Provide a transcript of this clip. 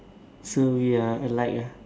so we are alike ah